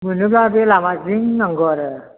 मोनोब्ला बे लामा जिं नांगौ आरो